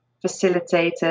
facilitated